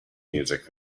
music